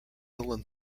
ellen